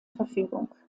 verfügung